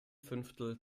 fünftel